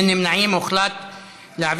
(איסור